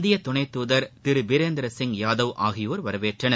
இந்திய துணைத்துதர் திரு பிரேந்தர் சிங் யாதவ் ஆகியோர் வரவேற்றனர்